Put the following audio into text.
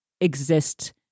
exist